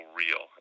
real